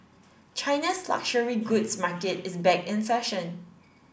China's luxury goods market is back in fashion